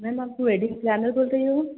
ma'am आप wedding planner बोल रही हो